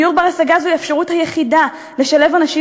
דיור בר-השגה הוא האפשרות היחידה לשלב אנשים